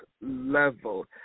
level